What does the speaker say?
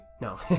No